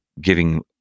giving